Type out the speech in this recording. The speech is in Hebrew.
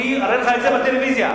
אתי,